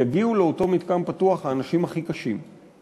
יגיעו לאותו מתקן פתוח האנשים הכי קשים,